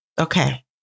Okay